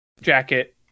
jacket